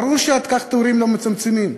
ברור שכך התורים לא מצטמצמים.